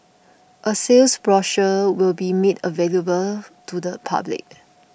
a sales brochure will be made available to the public